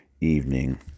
evening